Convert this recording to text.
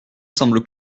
semble